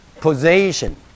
position